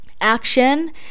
Action